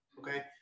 okay